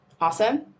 Awesome